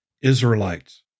Israelites